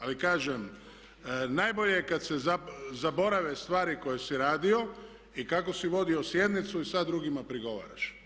Ali kažem najbolje je kada se zaborave stvari koje si radio i kako si vodio sjednicu i sada drugima prigovaraš.